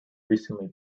recently